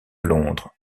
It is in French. londres